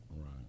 Right